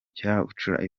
kuyacukura